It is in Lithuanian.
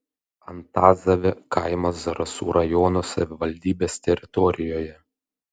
antazavė kaimas zarasų rajono savivaldybės teritorijoje